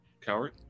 Coward